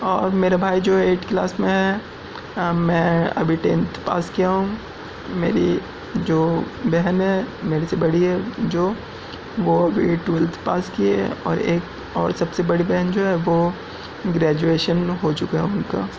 اور میرا بھائی جو ہے ایٹ کلاس میں ہے میں ابھی ٹینتھ پاس کیا ہوں میری جو بہن ہے میرے سے بڑی ہے جو وہ ابھی ٹویلتھ پاس کی ہے اور ایک اور سب سے بڑی بہن جو ہے وہ گریجویشن میں ہو چکا ہے اب ان کا